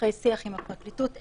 אחרי שיח עם הפרקליטות,